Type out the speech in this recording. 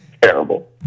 Terrible